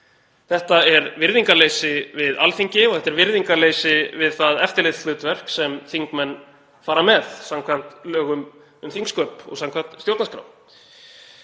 Þetta er virðingarleysi við Alþingi og þetta er virðingarleysi við það eftirlitshlutverk sem þingmenn fara með samkvæmt lögum um þingsköp og samkvæmt stjórnarskrá.